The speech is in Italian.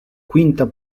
quinta